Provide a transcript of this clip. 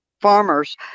farmers